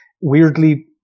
weirdly